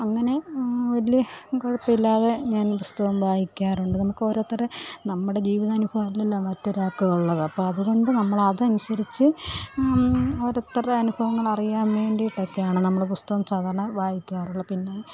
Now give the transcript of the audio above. അങ്ങനെ വലിയ കുഴപ്പം ഇല്ലാതെ ഞാൻ പുസ്തകം വായിക്കാറുണ്ട് നമുക്ക് ഓരോരുത്തരെ നമ്മുടെ ജീവിത അനുഭവങ്ങളല്ല മറ്റൊരാൾക്കുള്ളത് അപ്പം അത്കൊണ്ട് നമ്മൾ അത് അനുസരിച്ച് ഓരോരുത്തരുടെ അനുഭവങ്ങൾ അറിയാൻ വേണ്ടിയിട്ടൊക്കെയാണ് നമ്മൾ പുസ്തകം സാധാരണ വായിക്കാറുള്ളത് പിന്നെ